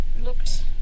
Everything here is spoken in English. looked